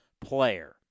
player